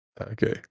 okay